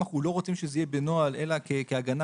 אנחנו לא רוצים שזה יהיה בנוהל אלא כהגנה